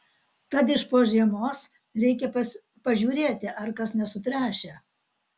tad iš po žiemos reikia pažiūrėti ar kas nesutręšę